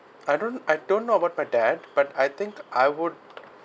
I don't I don't know about my dad but I think I would